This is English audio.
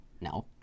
No